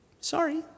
Sorry